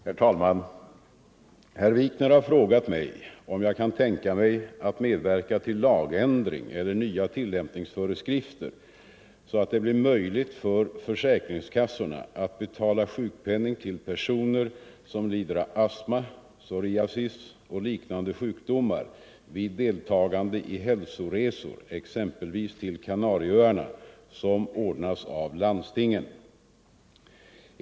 Herr talman! Herr Wikner har frågat mig om jag kan tänka mig att medverka till lagändring eller nya tillämpningsföreskrifter så att det blir möjligt för försäkringskassorna att betala sjukpenning till personer som lider av astma, psoriasis och liknande sjukdomar vid deltagande i hälsoresor — exempelvis till Kanarieöarna —- som ordnas av landstingen.